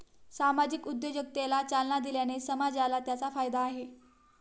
सामाजिक उद्योजकतेला चालना दिल्याने समाजाला त्याचा फायदा आहे